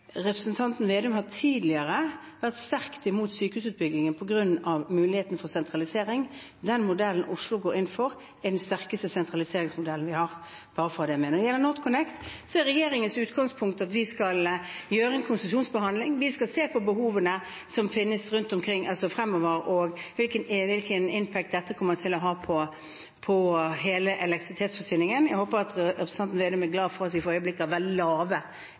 representanten Slagsvold Vedum tidligere har vært sterkt imot sykehusutbyggingen på grunn av muligheten for sentralisering. Den modellen Oslo går inn for, er den sterkeste sentraliseringsmodellen vi har – bare for å ha med det. Når det gjelder NorthConnect, er regjeringens utgangspunkt at vi skal gjennomføre en konsesjonsbehandling. Vi skal se på behovene som finnes fremover, og hvilken «impact» dette kommer til å ha på hele elektrisitetsforsyningen. Jeg håper at representanten Slagsvold Vedum er glad for at vi for øyeblikket har veldig lave